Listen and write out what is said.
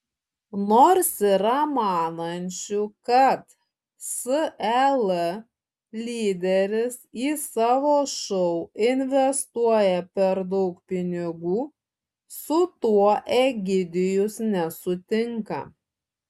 nors yra manančių kad sel lyderis į savo šou investuoja per daug pinigų su tuo egidijus nesutinka